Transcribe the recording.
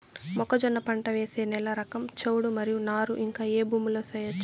మొక్కజొన్న పంట వేసే నేల రకం చౌడు మరియు నారు ఇంకా ఏ భూముల్లో చేయొచ్చు?